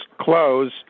close